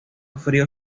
frío